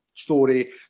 story